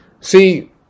See